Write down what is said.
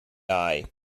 eye